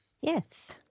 Yes